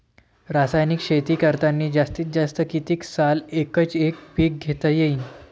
रासायनिक शेती करतांनी जास्तीत जास्त कितीक साल एकच एक पीक घेता येईन?